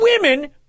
women